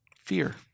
Fear